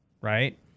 right